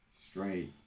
Straight